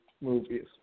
movies